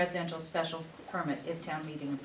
residential special permit if town meeting